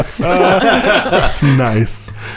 nice